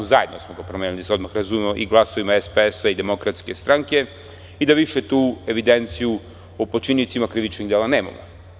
Zajedno smo ga promenili, da se odmah razumemo, i glasovima SPS-a i DS i da više tu evidenciju o počiniocima krivičnih dela nemamo.